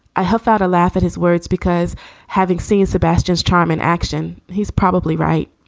i have had a laugh at his words because having seen sebastian's charm in action, he's probably right.